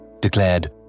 declared